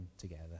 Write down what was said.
together